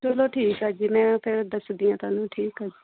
ਚਲੋ ਠੀਕ ਹੈ ਜੀ ਮੈਂ ਫਿਰ ਦੱਸਦੀ ਹਾਂ ਤੁਹਾਨੂੰ ਠੀਕ ਆ